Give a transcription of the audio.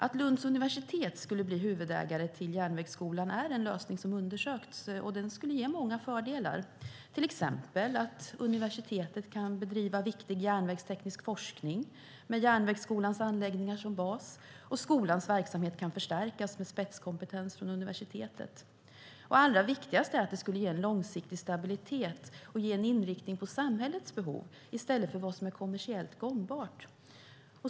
Att Lunds universitet skulle bli huvudägare till Järnvägsskolan är en lösning som undersökts, och det skulle ge många fördelar. Till exempel kan universitetet bedriva viktig järnvägsteknisk forskning med Järnvägsskolans anläggningar som bas. Skolans verksamhet kan förstärkas med spetskompetens från universitetet. Allra viktigast är att det skulle ge en långsiktig stabilitet och ge en inriktning på samhällets behov i stället för vad som är kommersiellt gångbart.